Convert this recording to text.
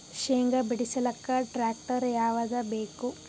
ಶೇಂಗಾ ಬಿಡಸಲಕ್ಕ ಟ್ಟ್ರ್ಯಾಕ್ಟರ್ ಯಾವದ ಬೇಕು?